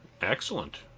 Excellent